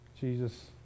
Jesus